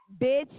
Bitch